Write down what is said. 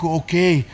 okay